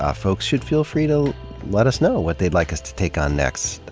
ah folks should feel free to let us know what they'd like us to take on next.